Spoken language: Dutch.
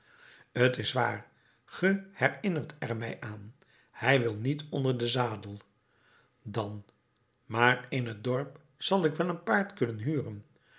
t is waar ge herinnert er mij aan het wil niet onder den zadel dan maar in t dorp zal ik wel een paard kunnen huren